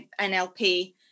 NLP